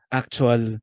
actual